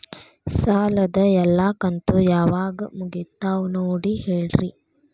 ಸಾಲದ ಎಲ್ಲಾ ಕಂತು ಯಾವಾಗ ಮುಗಿತಾವ ನೋಡಿ ಹೇಳ್ರಿ